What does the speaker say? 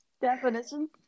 definition